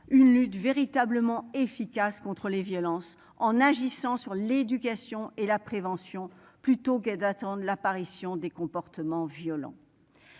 une lutte véritablement efficace contre les violences en agissant sur l'éducation et la prévention plutôt que d'attendre l'apparition des comportements violents.